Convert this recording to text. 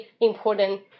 important